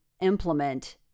implement